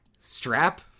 Strap